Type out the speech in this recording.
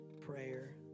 prayer